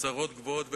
הצהרות גבוהות וגדולות,